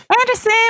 Anderson